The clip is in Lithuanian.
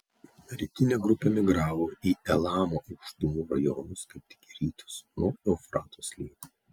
rytinė grupė migravo į elamo aukštumų rajonus kaip tik į rytus nuo eufrato slėnio